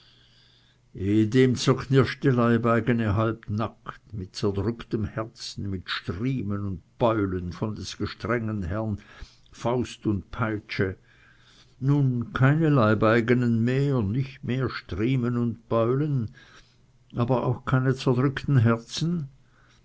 ehedem zerknirschte leibeigene halb nackt mit zerdrücktem herzen mit striemen und beulen von des gestrengen herrn faust und peitsche nun keine leibeigenen mehr nicht mehr striemen und beulen aber auch keine zerdrückten herzen